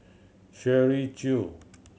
Shirley Chew